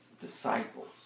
disciples